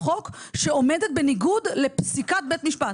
חוק שעומדת בניגוד לפסיקת בית משפט?